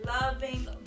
loving